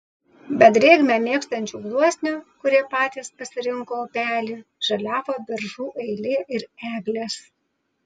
be drėgmę mėgstančių gluosnių kurie patys pasirinko upelį žaliavo beržų eilė ir eglės